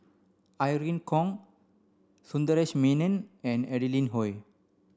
Irene Khong Sundaresh Menon and Adeline Ooi